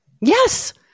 Yes